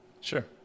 Sure